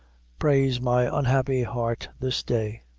prays my unhappy heart this day!